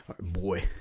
Boy